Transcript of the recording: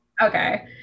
Okay